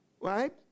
right